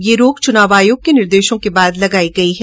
यह रोक चुनाव आयोग के निर्देशों के बाद लगाई गई है